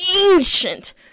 ancient